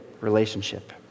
relationship